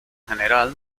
general